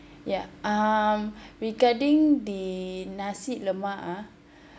ya um regarding the nasi lemak ah